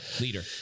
leader